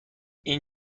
این